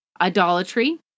idolatry